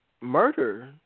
Murder